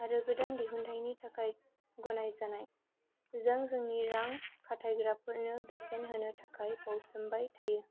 आरो गोदान दिहुनथायनि थाखाय गनायजानाय जों जोंनि रां खाथायग्राफोरनो बेसेन होनो थाखाय बावसोमबाय थायो